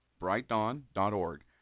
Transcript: brightdawn.org